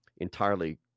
entirely